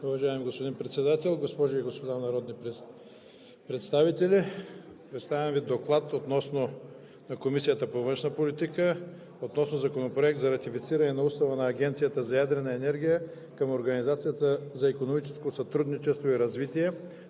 Уважаеми господин Председател, госпожи и господа народни представители! Представям Ви: „ДОКЛАД на Комисията по външна политика относно Законопроект за ратифициране на Устава на Агенцията за ядрена енергия към Организацията за икономическо сътрудничество и развитие,